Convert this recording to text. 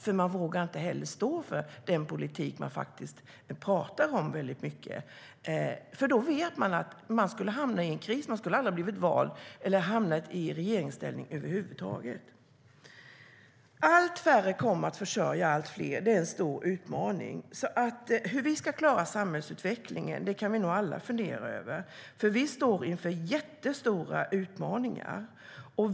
Ni vågar inte stå för den politik ni talar så mycket om, för då skulle ni ha hamnat i en kris, inte blivit valda och aldrig kommit i regeringsställning över huvud taget. Allt färre kommer att försörja allt fler. Det är en stor utmaning. Hur vi ska klara samhällsutvecklingen kan vi alla fundera över. Sverige står inför enorma utmaningar.